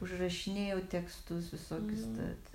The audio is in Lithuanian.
užrašinėjau tekstus visokius tad